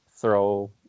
throw